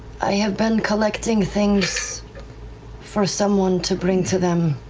i have been collecting things for someone to bring to them.